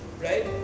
right